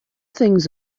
things